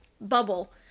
bubble